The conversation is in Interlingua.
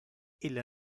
ille